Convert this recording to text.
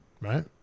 right